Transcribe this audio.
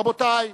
רבותי,